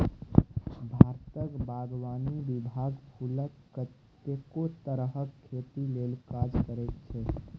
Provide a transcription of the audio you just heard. भारतक बागवानी विभाग फुलक कतेको तरहक खेती लेल काज करैत छै